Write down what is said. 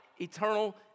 eternal